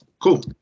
Cool